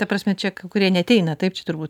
ta prasme čia kai kurie neateina taip čia turbūt